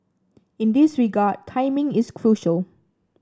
in this regard timing is crucial